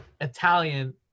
Italian